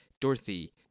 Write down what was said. Dorothy